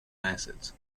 acids